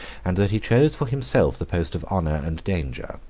and that he chose for himself the post of honor and danger.